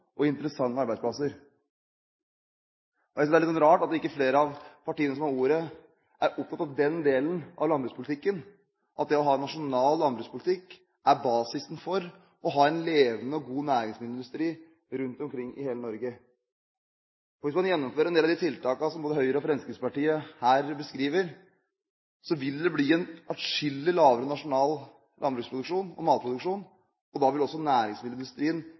og interessante arbeidsplasser. Jeg synes det er litt rart at ikke flere av partiene som har hatt ordet, har vært opptatt av den delen av landbrukspolitikken, at det å ha en nasjonal landbrukspolitikk er basisen for å ha en levende og god næringsmiddelindustri rundt omkring i hele Norge. Hvis man gjennomfører en del av de tiltakene som både Høyre og Fremskrittspartiet her beskriver, vil det bli en atskillig lavere nasjonal landbruksproduksjon og matvareproduksjon, og da vil også næringsmiddelindustrien